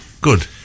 Good